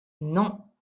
non